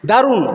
দারুন